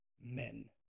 Men